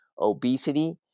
obesity